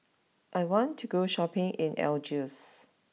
I want to go Shopping in Algiers